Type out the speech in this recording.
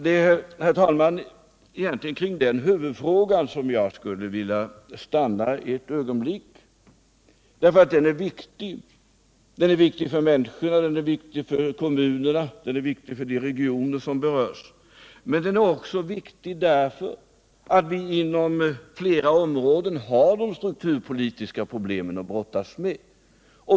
Det är, herr talman, egentligen kring den huvudfrågan som jag skulle vilja stanna ett ögonblick, eftersom den är viktig för människorna och för kommunerna samt för de regioner som berörs. Men den är viktig också därför att vi inom flera områden har de strukturpolitiska problemen att brottas med.